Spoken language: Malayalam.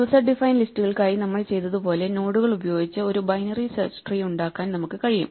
യൂസർ ഡിഫൈൻഡ് ലിസ്റ്റുകൾക്കായി നമ്മൾ ചെയ്തതു പോലെ നോഡുകൾ ഉപയോഗിച്ച് ഒരു ബൈനറി സെർച്ച് ട്രീ ഉണ്ടാക്കാൻ നമുക്ക് കഴിയും